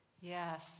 Yes